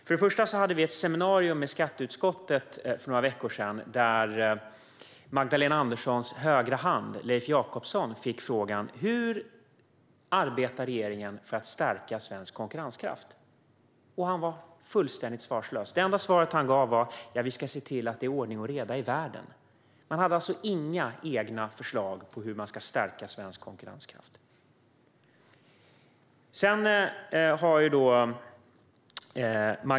För några veckor sedan hade vi ett seminarium i skatteutskottet, där Magdalena Anderssons högra hand Leif Jakobsson fick frågan hur regeringen arbetar för att stärka Sveriges konkurrenskraft. Han var fullständigt svarslös. Det enda svaret han gav var att man ska se till att det är ordning och reda i världen. Han hade alltså inga egna förslag på hur man ska stärka svensk konkurrenskraft.